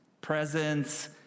Presence